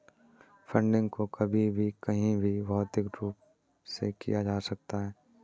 funding को कभी भी कहीं भी भौतिक रूप से किया जा सकता है